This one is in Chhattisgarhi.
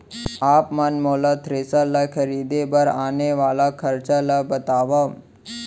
आप मन मोला थ्रेसर ल खरीदे बर आने वाला खरचा ल बतावव?